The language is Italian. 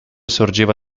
sorgeva